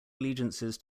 allegiances